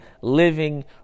living